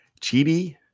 Chidi